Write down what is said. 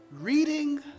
Reading